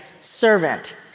servant